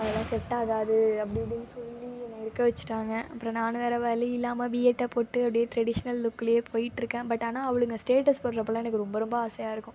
அதெல்லாம் செட் ஆகாது அப்படி இப்படினு சொல்லி என்னை இருக்க வச்சுட்டாங்க அப்புறம் நானும் வேறு வழி இல்லாமல் பிஏட்டை போட்டு அப்படியே ட்ரெடிஷ்னல் லுக்லையே போயிகிட்டு இருக்கேன் பட் ஆனால் அவளுங்க ஸ்டேட்டஸ் போடுறப்போலாம் எனக்கு ரொம்ப ரொம்ப ஆசையாக இருக்கும்